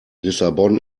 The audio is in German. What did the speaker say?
lissabon